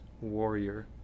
warrior